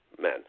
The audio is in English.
men